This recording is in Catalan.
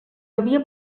havia